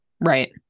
Right